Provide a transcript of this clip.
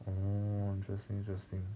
orh interesting interesting